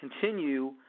continue